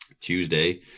Tuesday